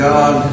God